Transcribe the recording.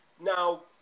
now